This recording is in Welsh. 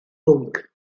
bwnc